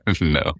No